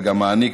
וגם מעניק,